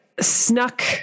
snuck